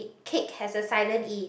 cake has a silent E